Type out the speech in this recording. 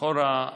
לכאורה,